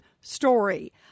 story